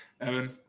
Evan